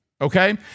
Okay